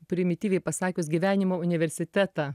primityviai pasakius gyvenimo universitetą